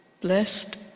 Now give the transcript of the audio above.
blessed